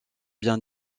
bien